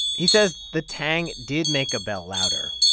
he says the tang did make a bell louder,